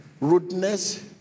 rudeness